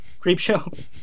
Creepshow